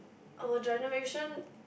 our generation